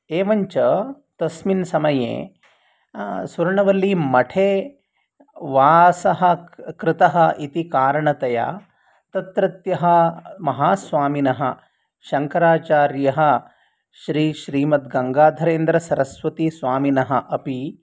एवञ्च तस्मिन् समये स्वर्णवल्लीमठे वासः कृतः इति कारणतया तत्रत्यः महास्वामिनः शङ्कराचार्यः श्रीश्रीमद्गङ्गाधरेन्द्रसरस्वतीस्वामिनः अपि